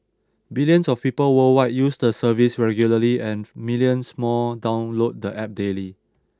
billions of people worldwide use the service regularly and millions more download the App daily